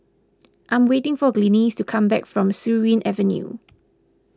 I'm waiting for Glynis to come back from Surin Avenue